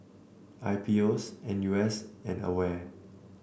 I P O S N U S and Aware